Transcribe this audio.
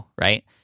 right